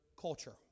culture